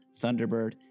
Thunderbird